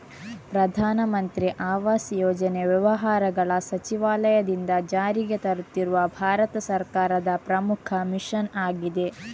ಪ್ರಧಾನ ಮಂತ್ರಿ ಆವಾಸ್ ಯೋಜನೆ ವ್ಯವಹಾರಗಳ ಸಚಿವಾಲಯದಿಂದ ಜಾರಿಗೆ ತರುತ್ತಿರುವ ಭಾರತ ಸರ್ಕಾರದ ಪ್ರಮುಖ ಮಿಷನ್ ಆಗಿದೆ